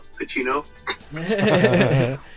Pacino